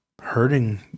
hurting